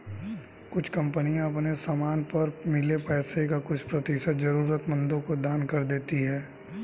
कुछ कंपनियां अपने समान पर मिले पैसे का कुछ प्रतिशत जरूरतमंदों को दान कर देती हैं